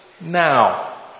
now